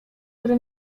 który